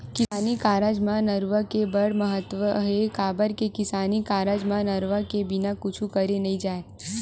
किसानी कारज म नरूवा के बड़ महत्ता हे, काबर के किसानी कारज म नरवा के बिना कुछ करे नइ जाय